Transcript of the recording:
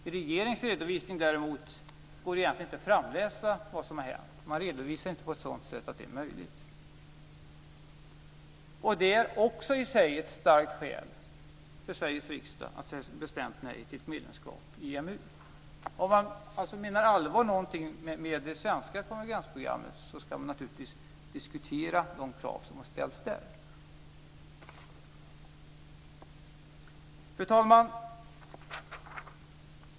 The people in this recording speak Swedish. Av regeringens redovisning går det däremot inte att utläsa vad som har hänt. Redovisningen har inte gjorts på ett sådant sätt att det är möjligt. Det är också i sig ett starkt skäl för Sveriges riksdag att säga bestämt nej till ett medlemskap i EMU. Om man menar allvar med det svenska konvergensprogrammet skall man naturligtvis diskutera de krav som har ställts där. Fru talman!